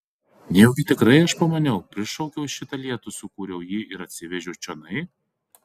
nejaugi tikrai aš pamaniau prišaukiau šitą lietų sukūriau jį ir atsivežiau čionai